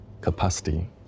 capacity